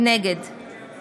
נגד בנימין נתניהו,